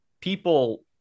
people